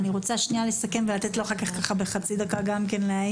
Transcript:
אני רוצה קודם כול לסכם ואחר כך לתת לו בחצי דקה להעיר.